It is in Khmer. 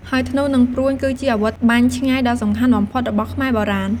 ហើយធ្នូ និងព្រួញ គឺជាអាវុធបាញ់ឆ្ងាយដ៏សំខាន់បំផុតរបស់ខ្មែរបុរាណ។